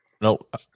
Nope